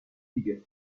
دیگه